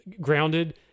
grounded